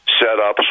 setups